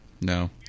no